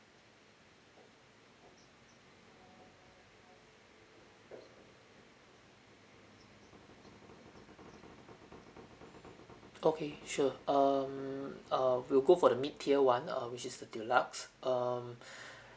okay sure um uh we'll go for the mid tier [one] uh which is the deluxe um